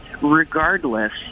regardless